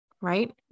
right